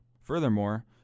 Furthermore